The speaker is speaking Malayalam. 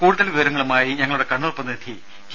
കൂടുതൽ വിവരങ്ങളുമായി ഞങ്ങളുടെ കണ്ണൂർ പ്രതിനിധി കെ